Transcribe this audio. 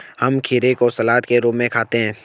हम खीरे को सलाद के रूप में खाते हैं